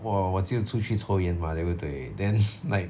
我我就出去抽烟 mah 对不对 then like